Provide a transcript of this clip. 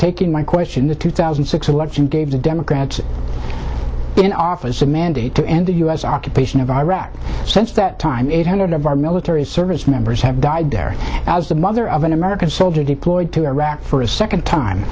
taking my question the two thousand and six election gave the democrats in office a mandate to end the u s occupation of iraq since that time eight hundred of our military service members have died there as the mother of an american soldier deployed to iraq for a second time